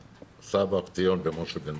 הוא שאל כל אחד מה הוא רוצה.